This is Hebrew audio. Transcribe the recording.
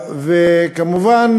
וכמובן,